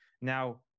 Now